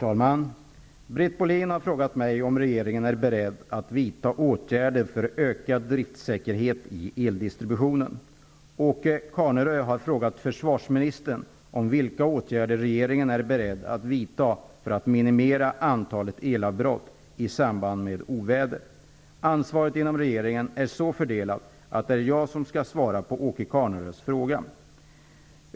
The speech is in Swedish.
Herr talman! Britt Bohlin har frågat mig om regeringen är beredd att vidta åtgärder för ökad driftsäkerhet i eldistributionen. Ansvaret inom regeringen är så fördelat att det är jag som skall svara på Åke Carnerös fråga.